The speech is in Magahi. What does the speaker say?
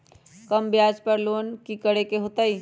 कम ब्याज पर लोन की करे के होतई?